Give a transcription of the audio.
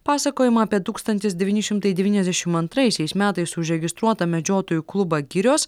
pasakojimą apie tūkstantis devyni šimtai devyniasdešimt antraisiais metais užregistruotą medžiotojų klubą girios